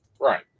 Right